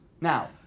Now